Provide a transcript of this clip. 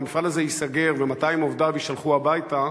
המפעל הזה ייסגר ו-200 עובדיו יישלחו הביתה